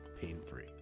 pain-free